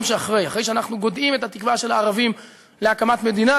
שאחרי: אחרי שאנחנו גודעים את התקווה של הערבים להקמת מדינה,